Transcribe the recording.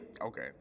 Okay